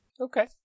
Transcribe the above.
Okay